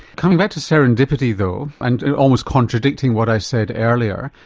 coming back to serendipity though and almost contradicting what i said earlier,